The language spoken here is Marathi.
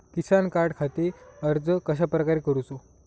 किसान कार्डखाती अर्ज कश्याप्रकारे करूचो?